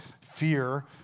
fear